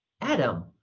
Adam